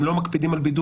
הם לא מקפידים על בידוד,